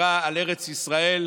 נקרא על ארץ ישראל: